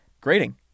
Grading